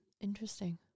Interesting